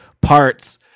parts